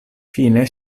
fine